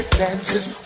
dances